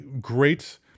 Great